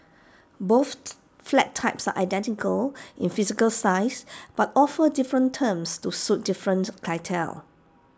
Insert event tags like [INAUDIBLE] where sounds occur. both [NOISE] flat types are identical in physical size but offer different terms to suit different clientele